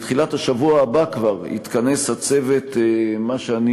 בתחילת השבוע הבא כבר יתכנס הצוות למה שאני